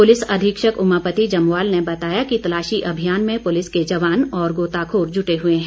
police अधीक्षक उमापति जमवाल ने बताया कि तलाशी अभियान में पुलिस के जवान और गोताखोर जुटे हुए हैं